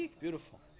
beautiful